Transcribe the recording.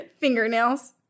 Fingernails